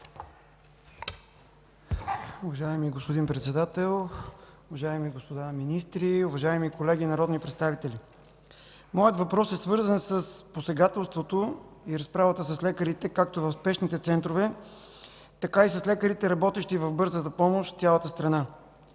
Уважаеми господин Председател, уважаеми господа министри, уважаеми господа народни представители! Моят въпрос е свързан с посегателството и разправата с лекарите както в спешните центрове, така и с лекарите, работещи в Бърза помощ в цялата страна.